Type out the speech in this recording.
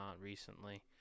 recently